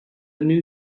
new